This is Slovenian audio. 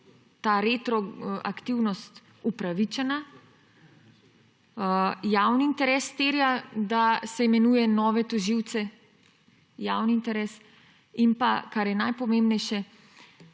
tukaj ta retroaktivnost upravičena. Javni interes terja, da se imenuje nove tožilce, javni interes, in kar je najpomembnejše,